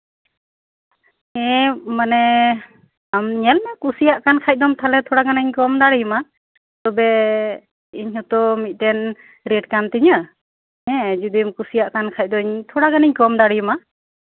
ᱦᱮᱸ ᱧᱮᱞᱢᱮ ᱠᱩᱥᱤᱭᱟᱜ ᱠᱷᱟᱱ ᱫᱚᱢ ᱛᱷᱚᱲᱟ ᱜᱟᱱᱤᱧ ᱠᱚᱢ ᱫᱟᱲᱮᱭᱟᱢᱟ ᱛᱚᱵᱮ ᱤᱧ ᱦᱚᱸᱛᱚ ᱢᱤᱫᱴᱮᱱ ᱨᱮᱴ ᱠᱟᱱ ᱛᱤᱧᱟ ᱡᱚᱫᱤᱢ ᱡᱚᱫᱤᱢ ᱠᱩᱥᱤᱭᱟᱜ ᱠᱷᱟᱱ ᱫᱚ ᱛᱷᱚᱲᱟ ᱜᱟᱹᱱᱤᱧ ᱠᱚᱢ ᱫᱟᱲᱮ ᱟᱢᱟ